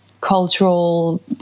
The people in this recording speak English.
cultural